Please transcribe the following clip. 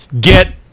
get